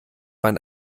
man